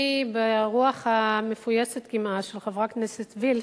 אני ברוח המפויסת קמעה של חברת הכנסת וילף,